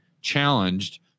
challenged